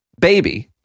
baby